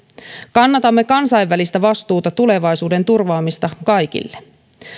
kannatamme kansainvälistä vastuuta tulevaisuuden turvaamista kaikille